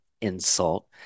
insult